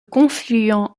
confluent